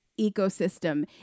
ecosystem